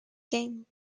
game